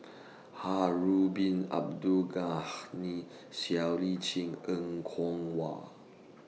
Harun Bin Abdul Ghani Siow Lee Chin Er Kwong Wah